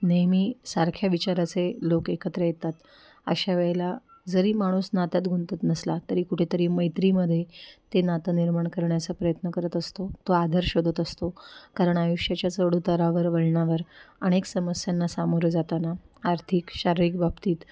नेहमी सारख्या विचाराचे लोक एकत्र येतात अशा वेळेला जरी माणूस नात्यात गुंतत नसला तरी कुठेतरी मैत्रीमध्ये ते नातं निर्माण करण्याचा प्रयत्न करत असतो तो आधार शोधत असतो कारण आयुष्याच्या चढ उतारावर वळणावर अनेक समस्यांना सामोरे जाताना आर्थिक शारीरिक बाबतीत